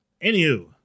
anywho